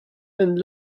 and